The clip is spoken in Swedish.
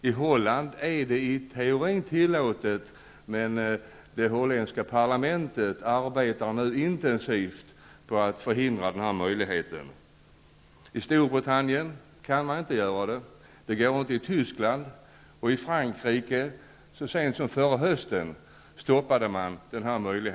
I Holland är det i teorin tillåtet, men det holländska parlamentet arbetar nu intensivt på att förhindra denna möjlighet. I Storbritannien kan asylsökande inte arbeta. Det går inte heller i Tyskland, och i Frankrike stoppade man den möjligheten så sent som förra hösten.